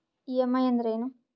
EMI ಅಂದ್ರೇನು?